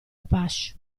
apache